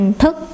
thức